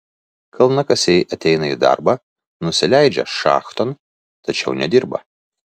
kalnakasiai ateina į darbą nusileidžia šachton tačiau nedirba